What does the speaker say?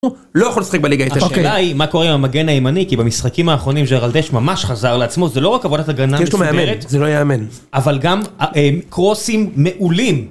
לא יכול לשחק בליגה האיטלקית השאלה היא מה קורה עם המגן הימני כי במשחקים האחרונים ז'ראלדאש ממש חזר לעצמו זה לא רק עבודת הגנה מצויינת, יש לו מאמן, זה לא יאמן אבל גם קרוסים מעולים